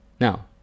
Now